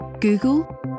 Google